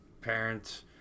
parents